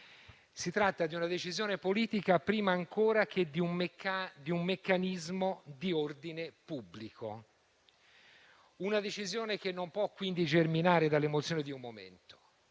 Si tratta di una decisione politica prima ancora che di un meccanismo di ordine pubblico, quindi non può germinare dall'emozione di un momento: